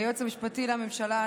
היועץ המשפטי לממשלה,